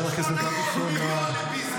צ'ק של 800 מיליון לבזבוז.